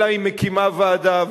אלא היא מקימה ועדה.